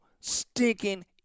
stinking